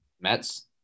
Mets